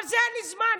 אבל אין לי זמן,